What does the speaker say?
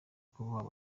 kubaho